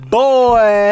boy